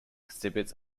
exhibits